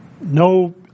no